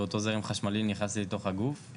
ואותו זרם חשמלי נכנס לי לתוך הגוף.